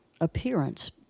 appearance